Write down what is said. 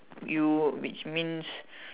you which means